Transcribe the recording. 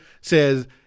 says